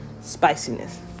spiciness